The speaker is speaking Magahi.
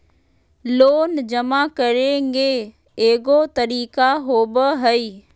लोन जमा करेंगे एगो तारीक होबहई?